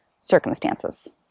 circumstances